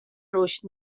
رشد